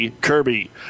Kirby